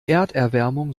erderwärmung